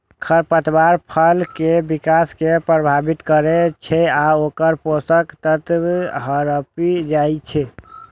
खरपतवार फसल के विकास कें प्रभावित करै छै आ ओकर पोषक तत्व हड़पि जाइ छै